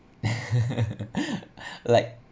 like